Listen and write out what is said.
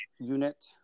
unit